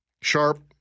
Sharp